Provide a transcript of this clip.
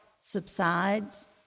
subsides